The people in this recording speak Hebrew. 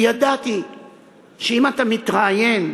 כי ידעתי שאם אתה מתראיין,